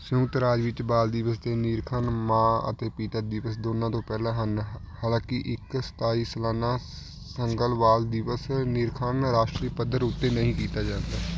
ਸੰਯੁਕਤ ਰਾਜ ਵਿੱਚ ਬਾਲ ਦਿਵਸ ਦੇ ਨਿਰੀਖਣ ਮਾਂ ਅਤੇ ਪਿਤਾ ਦਿਵਸ ਦੋਨਾਂ ਤੋਂ ਪਹਿਲਾਂ ਹਨ ਹਾਲਾਂਕੀ ਇੱਕ ਸਤਾਈ ਸਾਲਾਨਾ ਸ ਸੰਗਲ ਬਾਲ ਦਿਵਸ ਨਿਰੀਖਣ ਰਾਸ਼ਟਰੀ ਪੱਧਰ ਉੱਤੇ ਨਹੀਂ ਕੀਤਾ ਜਾਂਦਾ